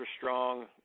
strong